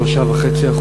ב-3.5%.